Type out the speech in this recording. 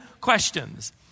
questions